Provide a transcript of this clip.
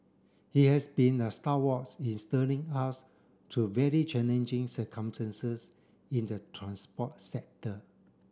he has been a in steering us through very challenging circumstances in the transport sector